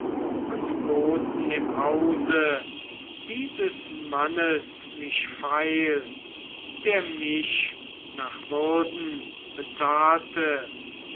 und boten im hause dieses mannes mich feil der mich nach würden bezahlte